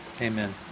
amen